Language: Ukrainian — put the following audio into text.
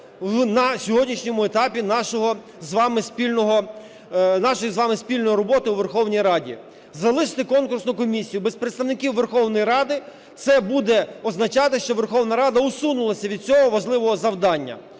з вами спільного... нашої з вами спільної роботи у Верховній Раді. Залишити конкурсну комісію без представників Верховної Ради це буде означати, що Верховна Рада усунулась від цього важливого завдання.